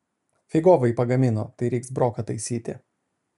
figovai pagamino tai reiks broką taisyti